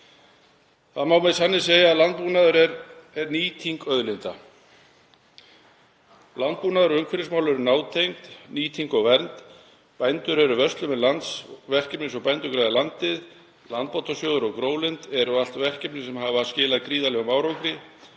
Það má með sanni segja að landbúnaður sé nýting auðlinda. Landbúnaðar- og umhverfismál eru nátengd nýtingu og vernd. Bændur eru vörslumenn lands og verkefni eins og Bændur græða landið, landbótasjóður og GróLind eru allt verkefni sem hafa skilað gríðarlegum árangri